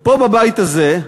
פה בבית הזה,